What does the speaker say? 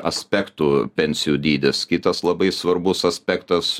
aspektų pensijų dydis kitas labai svarbus aspektas